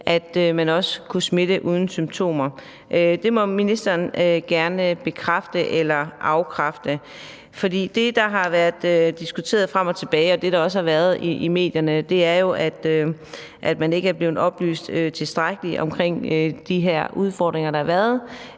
at man også kunne smitte uden symptomer. Det må ministeren gerne bekræfte eller afkræfte. Det, der har været diskuteret frem og tilbage, og det, der også har været i medierne, er jo, at man ikke er blevet oplyst tilstrækkeligt om de her udfordringer, der har været,